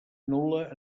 nul·la